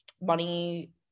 money